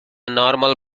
normal